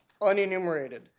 unenumerated